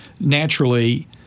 naturally